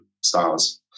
stars